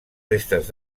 restes